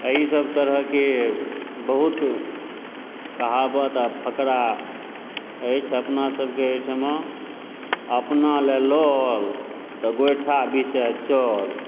एहि सब तरहकेँ बहुत कहावत आ फकरा अछि अपना सबकेँ एहिठमा अपना लऽ लल तऽ गोइठा बिछऽ चल